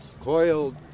coiled